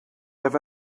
have